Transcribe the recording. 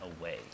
away